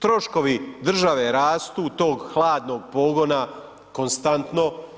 Troškovi države rastu, tog hladnog pogona konstantno.